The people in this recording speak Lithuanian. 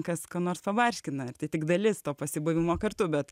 kas ką nors pabarškina tai tik dalis to pasibuvimo kartu bet